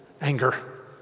anger